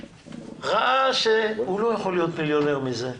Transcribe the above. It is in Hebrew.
ראה שהוא לא יכול להיות מיליונר מזה.